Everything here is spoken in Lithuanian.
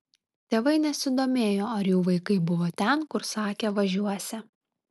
tėvai nesidomėjo ar jų vaikai buvo ten kur sakė važiuosią